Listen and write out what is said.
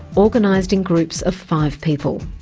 organised in groups of five people.